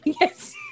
yes